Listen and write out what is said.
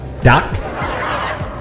Doc